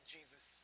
Jesus